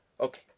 Okay